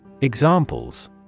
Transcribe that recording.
Examples